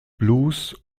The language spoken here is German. blues